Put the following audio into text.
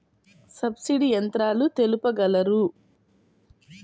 Subsidy యంత్రాలు తెలుపగలరు?